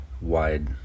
wide